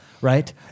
right